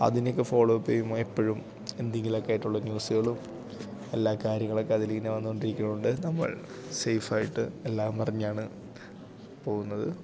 അതിനെയൊക്കെ ഫോളോവപ്പ് ചെയ്യുമ്പോൾ എപ്പോഴും എന്തെങ്കിലുമൊക്കെ ആയിട്ടുള്ള ന്യൂസുകളും എല്ലാ കാര്യങ്ങളൊക്കെ അതിലിങ്ങനെ വന്നുകൊണ്ടിരിക്കുന്നുണ്ട് നമ്മൾ സേയ്ഫായിട്ട് എല്ലാമറിഞ്ഞാണ് പോകുന്നത്